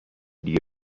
دیگه